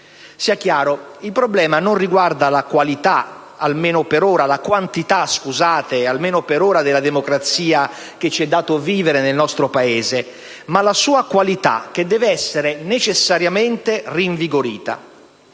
Sia chiaro: il problema non riguarda la quantità, almeno per ora, della democrazia che ci è dato vivere nel nostro Paese, ma la sua qualità, che deve essere necessariamente rinvigorita.